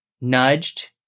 nudged